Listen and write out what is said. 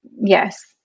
Yes